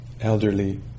elderly